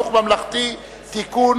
ממלכתי (תיקון,